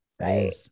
right